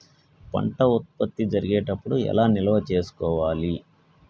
పంట ఉత్పత్తి జరిగేటప్పుడు ఎలా నిల్వ చేసుకోవాలి?